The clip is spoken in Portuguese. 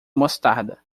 mostarda